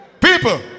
People